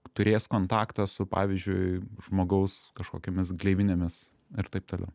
turėjęs kontaktą su pavyzdžiui žmogaus kažkokiomis gleivinėmis ir taip toliau